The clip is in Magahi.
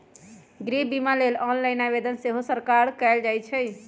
गृह बिमा लेल ऑनलाइन आवेदन सेहो सकार कएल जाइ छइ